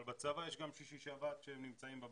אבל בצבא יש גם שישי-שבת שהם נמצאים בבסיס.